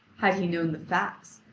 had he known the facts,